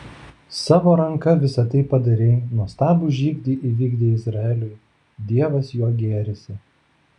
savo ranka visa tai padarei nuostabų žygį įvykdei izraeliui dievas juo gėrisi